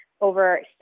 Over